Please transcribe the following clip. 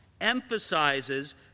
emphasizes